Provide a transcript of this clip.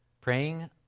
praying